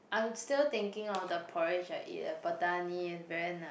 I'm still thinking of the porridge that I eat at Pattani is very nice